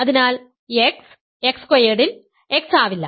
അതിനാൽ x x സ്ക്വയേർഡിൽ x ആവില്ല